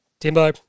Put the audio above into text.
Timbo